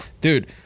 Dude